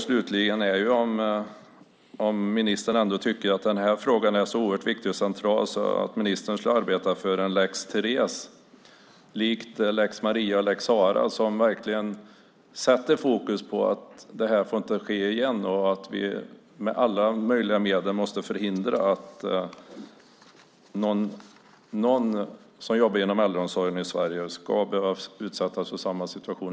Slutligen är min fråga om ministern tycker att frågan är så oerhört viktig och central att ministern skulle arbeta för en lex Therese, likt lex Maria och lex Sarah, som verkligen sätter fokus på att detta inte får ske igen och att vi med alla möjliga medel måste förhindra att de som jobbar inom äldreomsorgen i Sverige utsätts för samma situation.